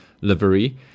livery